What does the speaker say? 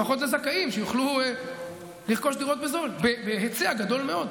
לפחות שהזכאים יוכלו לרכוש דירות בזול בהיצע גדול מאוד.